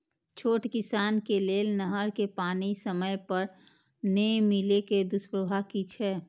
छोट किसान के लेल नहर के पानी समय पर नै मिले के दुष्प्रभाव कि छै?